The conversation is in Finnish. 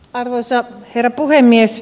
arvoisa herra puhemies